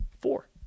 Four